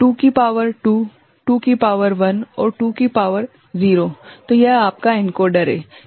तो 2 की शक्ति 2 2 की शक्ति 1 और 2 की शक्ति 0 तो यह आपका एनकोडर है